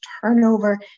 turnover